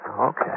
okay